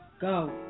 go